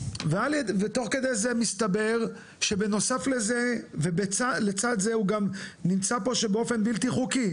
ותוך כדי זה מסתבר שבנוסף לזה ולצד זה הוא גם נמצא פה באופן בלתי חוקי,